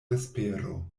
vespero